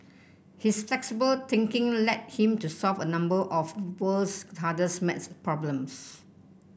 his flexible thinking led him to solve a number of world's hardest maths problems